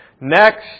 Next